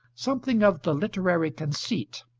something of the literary conceit